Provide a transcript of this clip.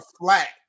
flat